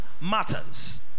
matters